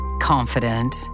confident